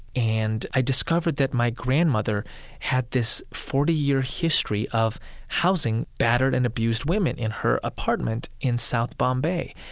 and i discovered that my grandmother had this forty year history of housing battered and abused women in her apartment in south bombay.